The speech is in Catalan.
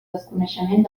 desconeixement